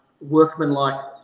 workmanlike